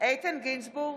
איתן גינזבורג,